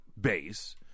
base